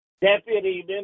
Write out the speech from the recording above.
deputy